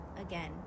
again